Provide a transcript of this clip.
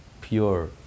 Pure